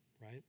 right